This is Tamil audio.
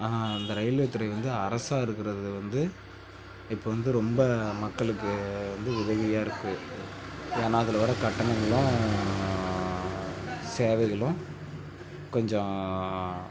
அந்த ரயில்வே துறை வந்து அரசாக இருக்கிறது வந்து இப்போ வந்து ரொம்ப மக்களுக்கு வந்து உதவியாக இருக்குது ஏன்னால் அதில் வர கட்டணங்களும் சேவைகளும் கொஞ்சம்